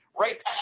right –